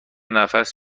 نفس